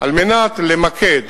על מנת למקד,